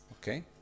okay